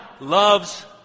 loves